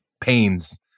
pains